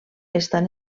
estan